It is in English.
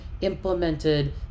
implemented